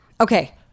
Okay